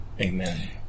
Amen